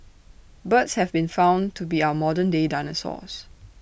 birds have been found to be our modern day dinosaurs